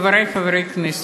חברי חברי הכנסת,